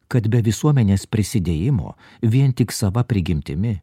kad be visuomenės prisidėjimo vien tik sava prigimtimi